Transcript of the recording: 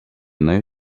neue